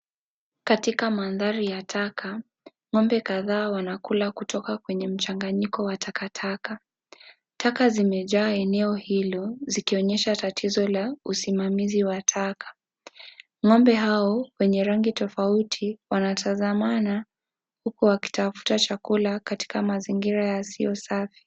Katika mandhari ya taka , ng'ombe kadhaa wanakula kutoka kwenye mchanganyiko wa takataka. Taka zimejaa eneo hilo zikionyesha tatizo la usimamizi wa taka. Ng'ombe hao wenye rangi tofauti wanatazamana huku wakitafuta chakula katika mazingira yasiyo safi.